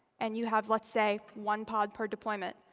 and you have, let's say, one pod per deployment,